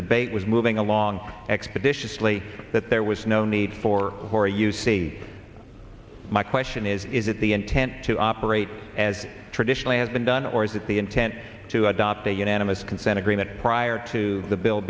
debate was moving along expeditiously that there was no need for or you see my question is is it the intent to operate as traditionally has been done or is it the intent to adopt a unanimous consent agreement prior to the bill